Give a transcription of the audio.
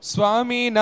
Swami